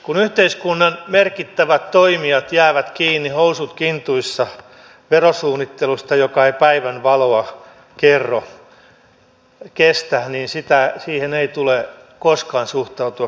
kun yhteiskunnan merkittävät toimijat jäävät kiinni housut kintuissa verosuunnittelusta joka ei päivänvaloa kestä niin siihen ei tule koskaan suhtautua kevyesti